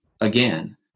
again